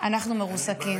אנחנו מרוסקים.